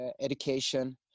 education